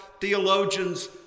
theologians